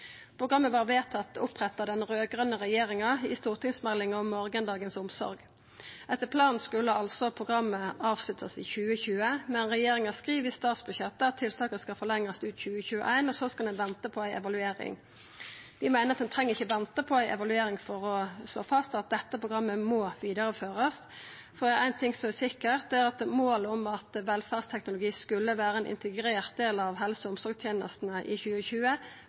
Programmet var vedtatt oppretta av den raud-grøne regjeringa i stortingsmeldinga Morgendagens omsorg. Etter planen skulle altså programmet avsluttast i 2020, men regjeringa skriv i statsbudsjettet at tiltaka skal forlengjast ut 2021, og så skal vi venta på ei evaluering. Vi meiner at ein treng ikkje venta på ei evaluering for å slå fast at dette programmet må vidareførast. For er det ein ting som er sikkert, er det at målet om at velferdsteknologi skulle vera ein integrert del av helse- og omsorgstenestene i 2020,